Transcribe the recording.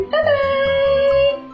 Bye-bye